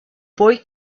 boy